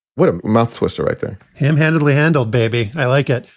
what a mouth twist director ham handedly handled, baby. i like it.